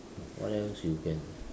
what else you can